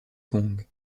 kong